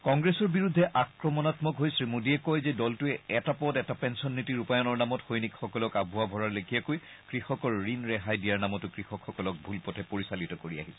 কংগ্ৰেছৰ বিৰুদ্ধে আক্ৰমণাম্মক হৈ শ্ৰীমোদীয়ে কয় যে দলটোৱে এটা পদ এটা পেঞ্চন নীতি ৰূপায়ণৰ নামত সৈনিকসকলক আভুৱা ভৰাৰ লেখীয়াকৈ কৃষকৰ ঋণ ৰেহাই দিয়াৰ নামতো কৃষকসকলক ভুল পথে পৰিচালিত কৰি আহিছে